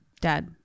Dad